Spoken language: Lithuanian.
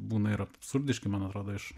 būna ir absurdiški mano atrodo iš